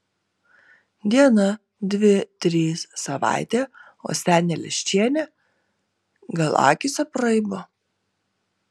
diena dvi trys savaitė o senė leščienė gal akys apraibo